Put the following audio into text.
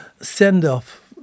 send-off